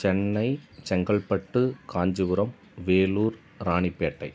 Chennai Chengalpattu Kanchipuram Vellore Ranipet